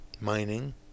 mining